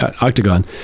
octagon